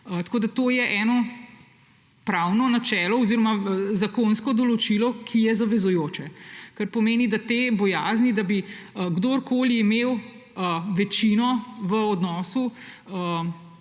večini. To je eno pravno načelo oziroma zakonsko določilo, ki je zavezujoče, kar pomeni, da je odveč ta bojazen, da bi kdorkoli imel večino v odnosu